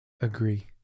agree